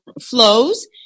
flows